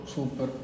Super